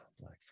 Black